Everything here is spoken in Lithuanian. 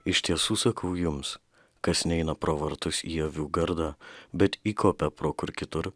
iš tiesų sakau jums kas neina pro vartus į avių gardą bet įkopia pro kur kitur